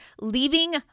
leaving